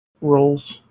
roles